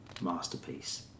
masterpiece